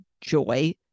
joy